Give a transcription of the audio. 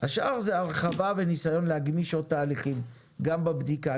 השאר זה הרחבה בניסיון להגמיש עוד תהליכים גם בבדיקה,